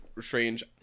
strange